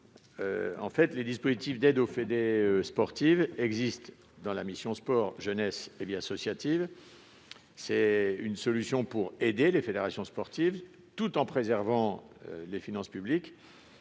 d'euros. Les dispositifs d'aide aux fédérations sportives existent dans la mission « Sport, jeunesse et vie associative ». C'est une solution pour aider les fédérations sportives, tout en préservant les finances publiques.